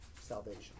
salvation